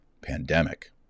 Pandemic